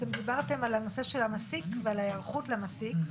דיברתם על הנושא של המסיק ועל ההיערכות למסיק.